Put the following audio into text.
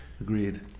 Agreed